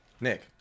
Nick